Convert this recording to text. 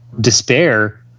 despair